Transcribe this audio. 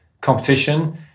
competition